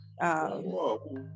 Whoa